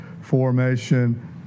Formation